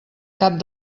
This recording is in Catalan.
cap